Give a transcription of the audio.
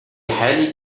حال